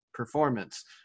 Performance